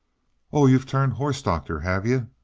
oh. you've turned horse doctor, have yuh?